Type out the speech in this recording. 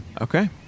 Okay